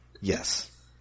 Yes